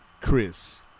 chris